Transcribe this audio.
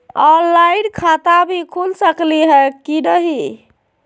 Online खाता भी खुल सकली है कि नही?